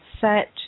set